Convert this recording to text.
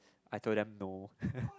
I told them no